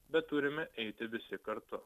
bet turime eiti visi kartu